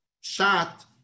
shot